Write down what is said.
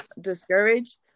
discouraged